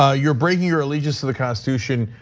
ah you're breaking your allegiance to the constitution.